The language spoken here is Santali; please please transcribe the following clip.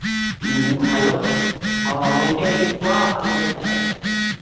ᱦᱮᱸ ᱦᱮᱞᱳ ᱦᱮᱸ ᱜᱚᱢᱠᱮ ᱟᱹᱵᱤᱱ ᱛᱳᱣᱟ ᱵᱟᱞᱟ ᱵᱤᱱ ᱞᱟᱹᱭᱮᱜ ᱟᱥᱮ